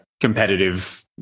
competitive